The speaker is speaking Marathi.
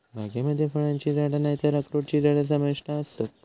बागेमध्ये फळांची झाडा नायतर अक्रोडची झाडा समाविष्ट आसत